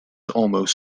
almost